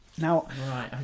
Now